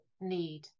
need